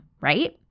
right